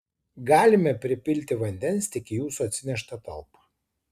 galime pripilti vandens tik į jūsų atsineštą talpą